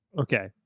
Okay